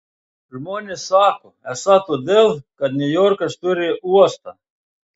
žmonės sako esą todėl kad niujorkas turi uostą